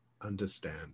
understand